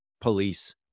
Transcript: police